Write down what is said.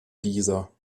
dieser